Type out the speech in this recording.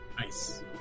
Nice